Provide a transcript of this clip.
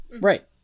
Right